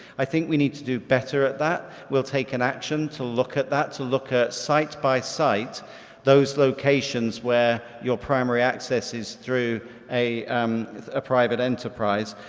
i think we need to do better at that, we'll take an action to look at that, to look at site by site those locations where your primary access is through a um ah private enterprise.